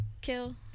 kill